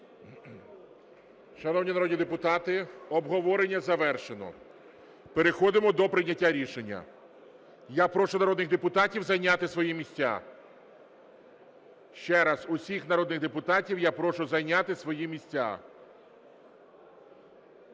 Шановні народні депутати, обговорення завершено. Переходимо до прийняття рішення. Я прошу народних депутатів зайняти свої місця. Ще раз: усіх народних депутатів я прошу зайняти свої місця.